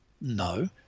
No